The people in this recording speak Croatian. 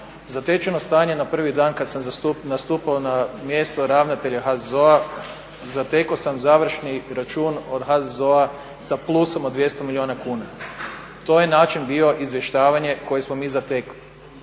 Zatečeno stanje na prvi dan kad sam nastupao na mjesto ravnatelja HZZO-a zatekao sam završni račun od HZZO-a sa plusom od 200 milijuna kuna. To je način bio izvještavanje koje smo mi zatekli.